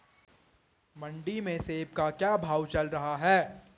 मंडी में सेब का क्या भाव चल रहा है?